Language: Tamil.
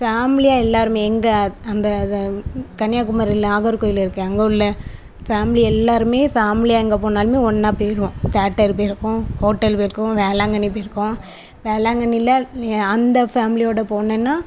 ஃபேமிலியாக எல்லாருமே எங்க அந்த இது கன்னியாகுமாரியில நாகர்கோவில் இருக்கே அங்கே உள்ள ஃபேமிலி எல்லாருமே ஃபேமிலியாக எங்கே போனாலுமே ஒன்றா போயிடுவோம் தேட்டர் போயிருக்கோம் ஹோட்டல் போயிருக்கோம் வேளாங்கண்ணி போயிருக்கோம் வேளாங்கண்ணியில அந்த ஃபேமிலியோட போனேன்னா